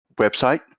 website